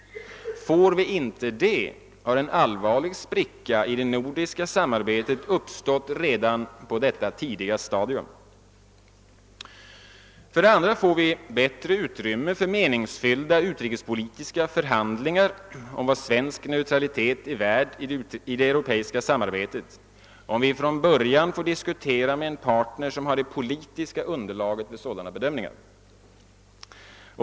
Får vi inte det, har en allvarlig spricka i det nordiska samarbetet uppstått redan på detta tidiga stadium. För det andra får vi bättre utrymme för meningsfyllda utrikespolitiska förhandlingar om vad svensk neutralitet är värd i det europeiska samarbetet, om vi från början får diskutera med en partner som har det politiska underlaget för sådana bedömningar.